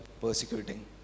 persecuting